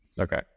Okay